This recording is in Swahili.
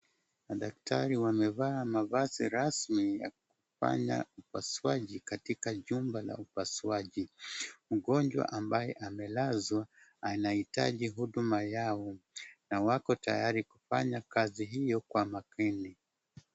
Madaktari wamevaa mavazi rasmi ya kufanya upasuaji katika jumba la upasuaji. Mgonjwa ambaye amelazwa anahitaji huduma yao na wako tayari kufanya kazi hio kwa mapenzi.